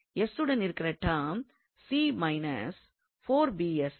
உடன் இருக்கிற டெர்ம் இதுவே